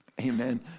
Amen